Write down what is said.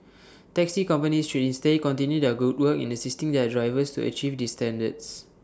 taxi companies should instead continue their good work in assisting their drivers to achieve these standards